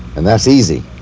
and that's easy.